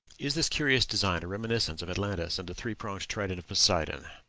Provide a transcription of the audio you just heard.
is this curious design a reminiscence of atlantis and the three-pronged trident of poseidon?